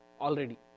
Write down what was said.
already